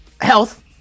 health